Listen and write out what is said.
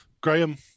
Graham